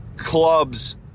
clubs